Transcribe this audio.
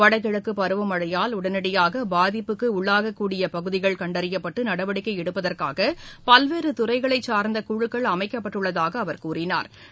வடகிழக்குபருவமழையால் உடனடியாகபாதிப்புக்குஉள்ளாகக்கூடியபகுதிகள் கண்டறிந்துநடவடிக்கைடுப்பதற்காகபல்வேறுதுறைகளைச் சார்ந்தகுழுக்கள் அமைக்கப்பட்டுள்ளதாகஅவர் கூறினா்